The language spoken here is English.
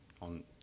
on